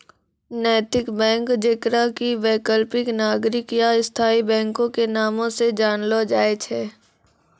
नैतिक बैंक जेकरा कि वैकल्पिक, नागरिक या स्थायी बैंको के नामो से जानलो जाय छै